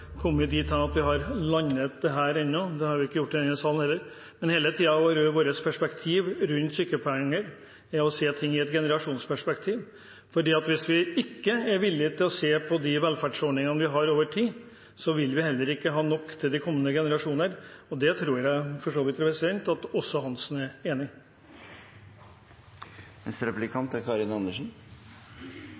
gjort i denne sal heller. Vi har hele tiden, når det gjelder sykepenger, sett det i et generasjonsperspektiv, for hvis vi ikke er villige til å se på de velferdsordningene vi har, over tid, vil vi heller ikke ha nok til de kommende generasjonene. Det tror jeg for så vidt at Hansen er enig i. Jeg merker meg at Venstre bruker begrepet «rausere» i sin retorikk. Det vi har sett de siste fire årene, er